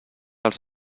els